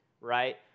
right